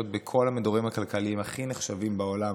בכל המדורים הכלכליים הכי נחשבים בעולם,